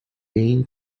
been